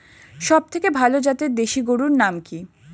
সবথেকে ভালো জাতের দেশি গরুর নাম কি?